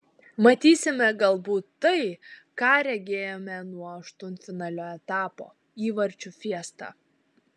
matysime galbūt tai ką regėjome nuo aštuntfinalio etapo įvarčių fiestą